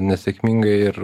nesėkmingai ir